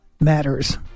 matters